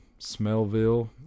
Smellville